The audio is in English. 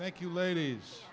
thank you ladies